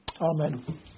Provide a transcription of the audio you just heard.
Amen